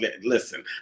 listen